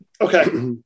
okay